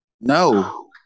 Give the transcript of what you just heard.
No